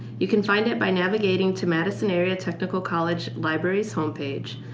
you can find it by navigating to madison area technical college libraries' homepage,